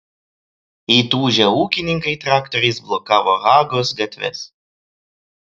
įtūžę ūkininkai traktoriais blokavo hagos gatves